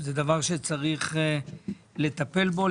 זה דבר שצריך לטפל בו.